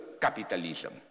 capitalism